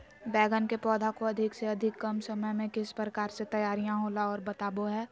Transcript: बैगन के पौधा को अधिक से अधिक कम समय में किस प्रकार से तैयारियां होला औ बताबो है?